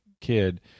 kid